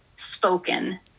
spoken